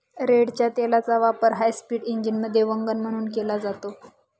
रेडच्या तेलाचा वापर हायस्पीड इंजिनमध्ये वंगण म्हणून केला जातो